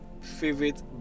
favorite